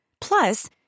Plus